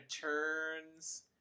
turns